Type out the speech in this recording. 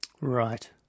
Right